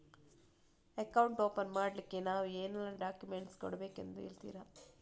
Account open ಮಾಡ್ಲಿಕ್ಕೆ ನಾವು ಏನೆಲ್ಲ ಡಾಕ್ಯುಮೆಂಟ್ ಕೊಡಬೇಕೆಂದು ಹೇಳ್ತಿರಾ?